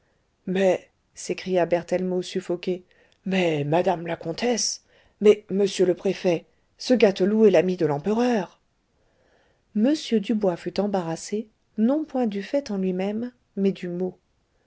mais s'écria berthellemot suffoqué mais madame la comtesse mais monsieur le préfet ce gâteloup est l'ami de l'empereur m dubois fut embarrassé non point du fait en lui-même mais du mot